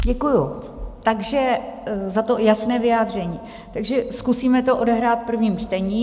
Děkuju za jasné vyjádření, takže zkusíme to odehrát v prvním čtení.